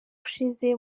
ushize